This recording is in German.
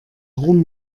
rum